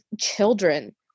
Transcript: children